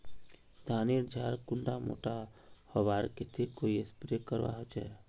धानेर झार कुंडा मोटा होबार केते कोई स्प्रे करवा होचए?